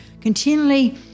continually